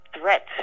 threats